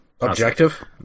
Objective